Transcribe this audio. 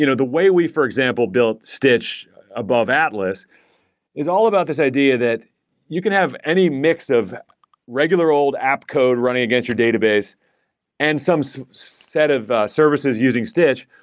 you know the way we, for example, build stitch above atlas is all about this idea that you can have any mix of regular old app code running get your database and some some set of services using stitch,